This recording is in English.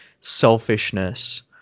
selfishness